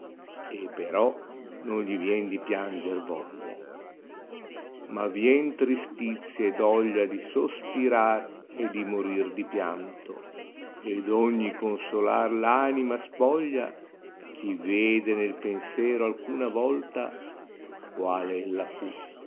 alquanto però non gli vien di pianger coglia ma tien trtslizia e doglia di sospirar e di morir di pianto d ogni consolar v anima spoglia chi tede nel penserò alcuna volta ilo qaale ella fu